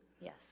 Yes